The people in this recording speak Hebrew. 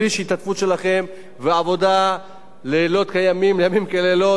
בלי ההשתתפות שלכם ועבודה לילות כימים וימים כלילות,